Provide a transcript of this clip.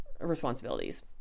responsibilities